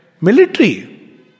Military